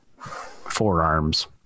forearms